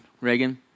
Reagan